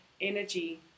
energy